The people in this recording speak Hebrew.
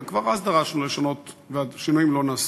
וכבר אז דרשנו לשנות, והשינויים לא נעשו.